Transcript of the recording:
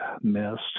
missed